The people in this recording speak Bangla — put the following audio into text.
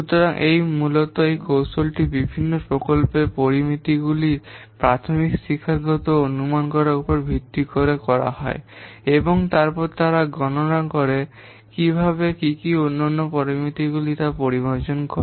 সুতরাং এখানে মূলত এই কৌশলটি বিভিন্ন প্রকল্পের পরামিতিগুলির প্রাথমিক শিক্ষাগত অনুমান করার উপর ভিত্তি করে হয় এবং তারপর তারা গণনা করে এবং কী কী অন্যান্য পরামিতিগুলি তা পরিমার্জন করে